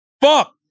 fuck